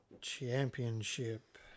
championship